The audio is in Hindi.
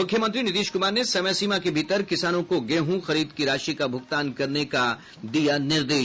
मुख्यमंत्री नीतीश कुमार ने समय सीमा के भीतर किसानों को गेहूं खरीद की राशि का भूगतान करने का दिया निर्देश